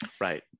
Right